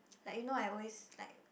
like you know I always like